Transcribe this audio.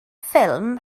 ffilm